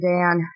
Dan